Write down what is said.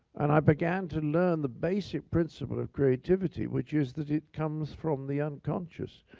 and i began to learn the basic principle of creativity, which is that it comes from the unconscious.